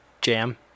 Jam